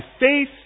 faith